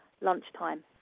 lunchtime